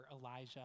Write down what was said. Elijah